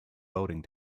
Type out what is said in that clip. welding